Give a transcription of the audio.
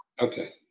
Okay